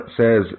says